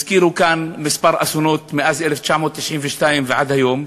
הזכירו כאן כמה אסונות מאז 1992 ועד היום,